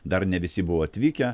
dar ne visi buvo atvykę